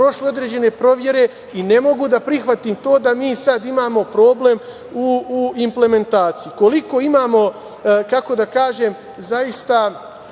prošli određene provere i ne mogu da prihvatim to da mi sada imamo problem u implementaciji. Koliko imamo, kako da kažem, zaista